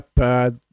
up